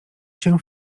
się